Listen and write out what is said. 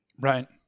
Right